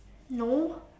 no